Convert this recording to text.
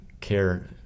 care